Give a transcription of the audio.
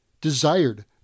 desired